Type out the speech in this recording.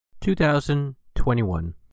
2021